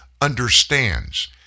understands